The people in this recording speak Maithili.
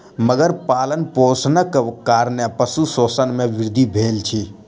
मगर पालनपोषणक कारणेँ पशु शोषण मे वृद्धि भेल अछि